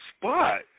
spot